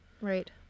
Right